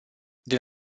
din